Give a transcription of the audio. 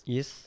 Yes